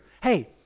Hey